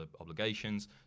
obligations